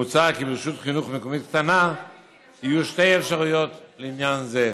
מוצע כי ברשות חינוך מקומית קטנה יהיו שתי אפשרויות לעניין זה: